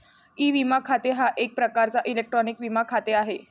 E विमा खाते हा एक प्रकारचा इलेक्ट्रॉनिक विमा खाते आहे